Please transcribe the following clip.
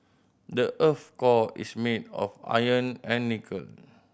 the earth core is made of iron and nickel